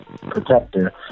protector